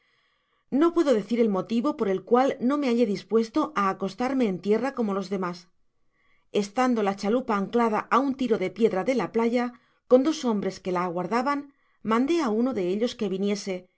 no puedo decjr el motivo por el cual no me hallé dispuesto á acostarme en tierra como los demas estando la chalupa anclada á un tiro de piedra de la playa coa dos hombres que la aguardaban mandé á uno de ellos que viniese y